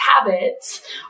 habits